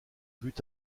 buts